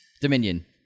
Dominion